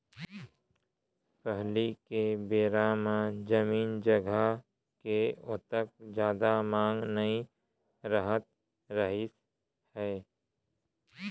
पहिली के बेरा म जमीन जघा के ओतका जादा मांग नइ रहत रहिस हे